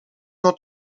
not